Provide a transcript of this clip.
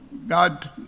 God